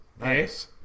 Nice